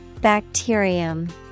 Bacterium